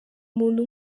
muntu